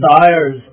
desires